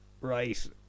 Right